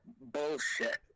bullshit